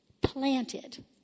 planted